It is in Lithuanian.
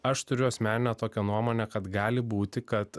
aš turiu asmeninę tokią nuomonę kad gali būti kad